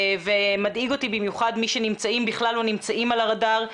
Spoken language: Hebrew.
מדאיג אותי במיוחד מי שבכלל לא נמצאים על הרדאר,